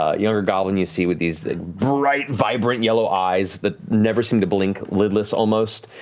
ah younger goblin you see with these bright vibrant yellow eyes that never seem to blink, lidless almost.